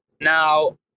now